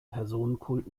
personenkult